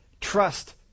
trust